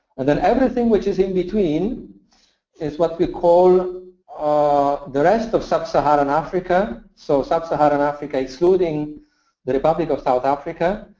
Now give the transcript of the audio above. and then everything which is in between is what we call ah the rest of sub-saharan africa. so sub-saharan africa excluding the republic of south africa,